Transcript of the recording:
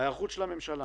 ההיערכות של הממשלה